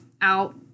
out